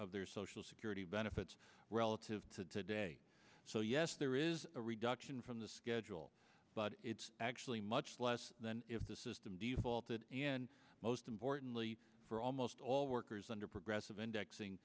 of their social security benefits relative to today so yes there is a reduction from the schedule but it's actually much less than if the system defaulted and most importantly for almost all workers under progressive indexing